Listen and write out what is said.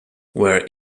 where